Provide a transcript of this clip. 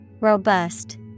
Robust